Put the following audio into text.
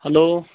hello